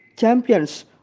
Champions